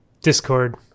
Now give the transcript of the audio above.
Discord